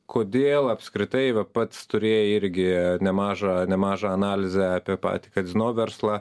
kodėl apskritai va pats turėjai irgi nemažą nemažą analizę apie patį kazino verslą